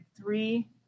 three